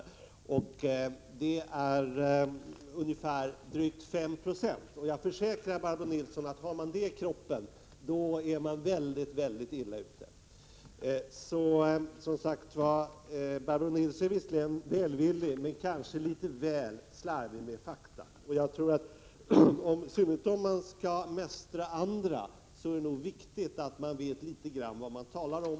Jag fann att det rör sig om ungefär drygt 5 20. Jag försäkrar Barbro Nilsson att om man har så mycket alkohol i kroppen, är man väldigt illa ute. Barbro Nilsson är visserligen välvillig, men hon är kanske något för slarvig med fakta. Om man dessutom skall mästra andra, är det viktigt att man vet litet grand vad man talar om.